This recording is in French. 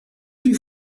plus